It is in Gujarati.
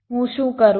તો હું શું કરું